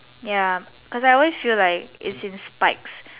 ya cause I always feels like it's in spikes